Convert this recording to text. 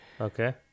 Okay